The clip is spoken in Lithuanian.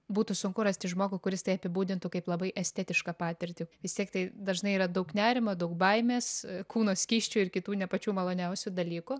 būtų sunku rasti žmogų kuris tai apibūdintų kaip labai estetišką patirtį vis tiek tai dažnai yra daug nerimo daug baimės kūno skysčių ir kitų ne pačių maloniausių dalykų